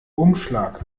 umschlag